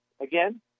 Again